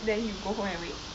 then you go home and wait